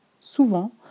Souvent